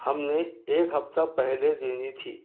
ہم نے ایک ہفتہ پہلے دینی تھی